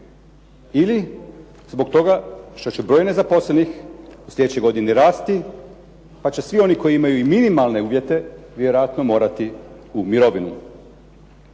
ili zbog toga što će broj nezaposlenih u slijedećoj godini rasti, pa će svi oni koji imaju i minimalne uvjete vjerojatno morati u mirovinu.